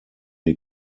die